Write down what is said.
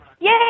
Yay